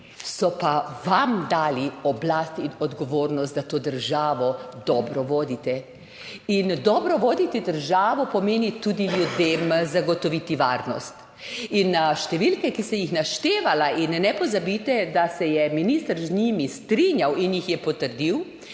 so pa vam dali oblast in odgovornost, da to državo dobro vodite. In dobro voditi državo pomeni tudi ljudem zagotoviti varnost. In številke, ki sem jih naštevala in ne pozabite, da se je minister z njimi strinjal in jih je potrdil.